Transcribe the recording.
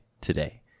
today